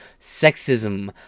sexism